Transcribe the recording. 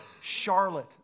Charlotte